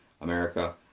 America